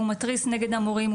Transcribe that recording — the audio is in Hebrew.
הוא מתריס נגד המורים,